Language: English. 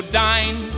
dine